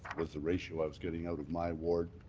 was the ratio i was getting out of my ward.